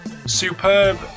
Superb